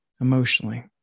emotionally